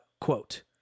quote